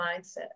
mindset